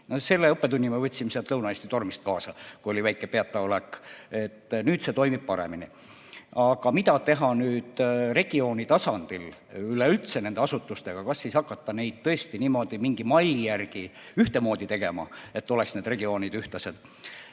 Selle õppetunni me võtsime sealt Lõuna-Eesti tormist kaasa, kui oli väike peataolek. Nüüd kõik toimib paremini. Aga mida teha nüüd regiooni tasandil üleüldse nende asutustega – kas hakata neid tõesti niimoodi mingi malli järgi ühtemoodi tegema, et need regioonid oleksid